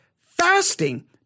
fasting